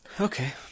Okay